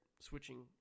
switching